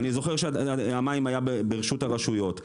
אני זוכר שהמים היו ברשות הרשויות.